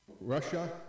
Russia